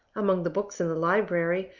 among the books in the library,